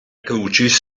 crucis